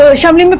ah shamli. and but